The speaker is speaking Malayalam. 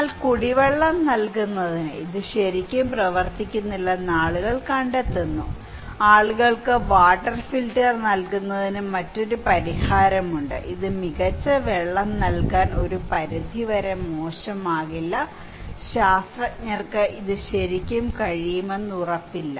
എന്നാൽ കുടിവെള്ളം നൽകുന്നതിന് ഇത് ശരിക്കും പ്രവർത്തിക്കുന്നില്ലെന്ന് ആളുകൾ കണ്ടെത്തുന്നു ആളുകൾക്ക് വാട്ടർ ഫിൽട്ടർ നൽകുന്നതിന് മറ്റൊരു പരിഹാരമുണ്ട് ഇത് മികച്ച വെള്ളം നൽകാൻ ഒരു പരിധിവരെ മോശമാകില്ല ശാസ്ത്രജ്ഞർക്ക് ഇത് ശരിക്കും കഴിയുമെന്ന് ഉറപ്പില്ല